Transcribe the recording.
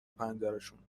پنجرشون